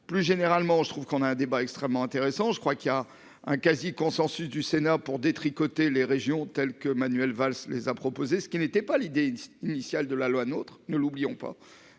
Plus généralement, je trouve qu'on a un débat extrêmement intéressant. Je crois qu'il y a un quasi consensus du Sénat pour détricoter les régions telles que Manuel Valls les a proposé ce qui n'était pas l'idée initiale de la loi notre ne l'oublions pas.